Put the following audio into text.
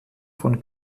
von